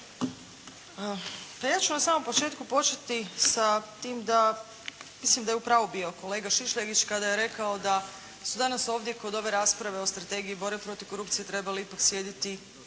ja ću na samom početku početi sa tim da, mislim da je u pravu bio kolega Šišljagić kada je rekao da su danas ovdje kod ove rasprave o strategiji borbe protiv korupcije trebali ipak sjediti